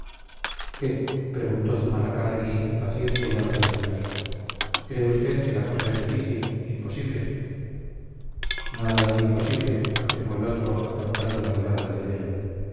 la empresa qué preguntó zumalacárregui impaciente y algo desdeñoso cree usted que la cosa es difícil imposible nada hay imposible afirmó el otro afrontando la mirada del héroe